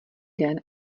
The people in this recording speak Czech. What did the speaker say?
den